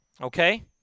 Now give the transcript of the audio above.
Okay